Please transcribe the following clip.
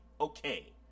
okay